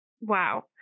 Wow